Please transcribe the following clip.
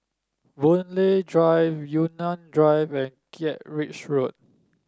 Boon Lay Drive Yunnan Drive and Kent Ridge Road